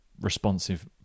responsive